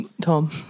Tom